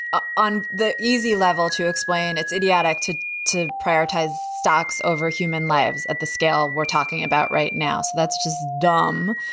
ah on the easy level to explain, it's idiotic to to prioritize stocks over human lives at the scale we're talking about right now. so that's just dumb.